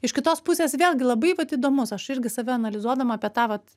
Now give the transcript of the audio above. iš kitos pusės vėlgi labai vat įdomus aš irgi save analizuodama apie tą vat